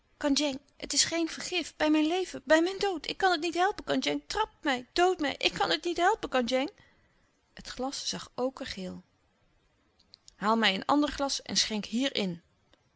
het is geen vergif bij mijn leven bij mijn dood ik kan het niet helpen kandjeng trap mij dood mij ik kan het niet helpen kandjeng het glas zag okergeel haal mij een ander glas en schenk hier